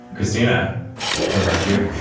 christina what about you